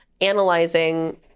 analyzing